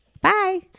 Bye